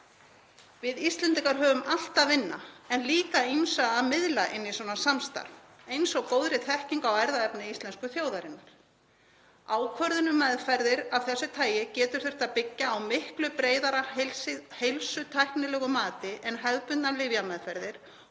Við Íslendingar höfum allt að vinna en líka ýmsu að miðla inn í svona samstarf, eins og góðri þekkingu á erfðaefni íslensku þjóðarinnar. Ákvörðun um meðferðir af þessu tagi getur þurft að byggja á miklu breiðara heilsutæknilegu mati en hefðbundnar lyfjameðferðir.